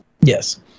Yes